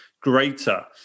greater